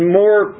more